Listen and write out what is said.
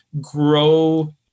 grow